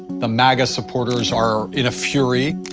the maga supporters are in a fury.